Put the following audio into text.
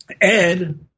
Ed